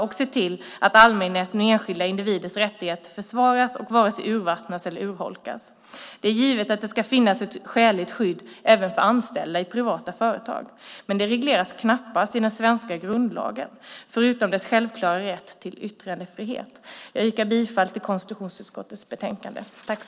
Vi ska se till att allmänhetens och enskilda individers rättigheter försvaras och varken urvattnas eller urholkas. Det är givet att det ska finnas ett skäligt skydd även för anställda i privata företag, men det regleras knappast i den svenska grundlagen, förutom när det gäller dess självklara rätt till yttrandefrihet. Jag yrkar bifall till konstitutionsutskottets förslag i betänkandet.